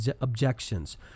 objections